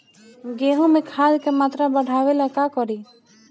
गेहूं में खाद के मात्रा बढ़ावेला का करी?